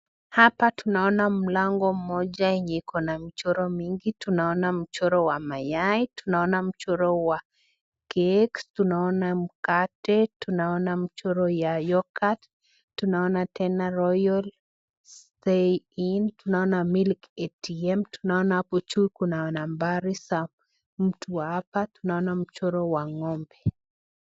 Hapa tunaona mlango mmoja yenye iko na michoro mingi. Tunaona mchoro wa mayai, tunaona mchoro wa keki, tunaona mkate, tunaona mchoro ya yorghut tunaona tena royal stay in, tunaona milk atm, tunaona hapo juu kuna nambari za mtu wa hapa tunaona mchoro wa ng'ombe.